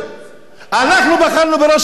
אנחנו בחרנו בראש העיר כדי שישרת אותנו,